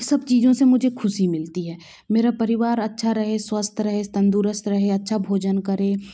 सब चीज़ों से मुझे खुशी मिलती है मेरा परिवार अच्छा रहे स्वस्थ रहे तंदुरुस्त रहे अच्छा भोजन करे